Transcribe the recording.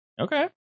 Okay